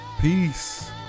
Peace